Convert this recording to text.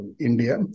India